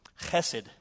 chesed